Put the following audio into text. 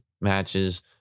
matches